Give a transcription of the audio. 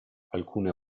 alcune